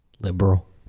Liberal